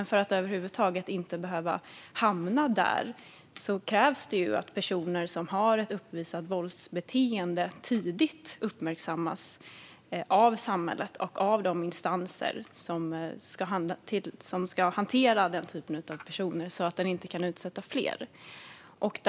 För att över huvud taget inte behöva hamna där krävs att personer som har ett uppvisat våldsbeteende tidigt uppmärksammas av samhället och av de instanser som ska hantera den typen av personer så att de inte kan utsätta fler för våld.